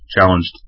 challenged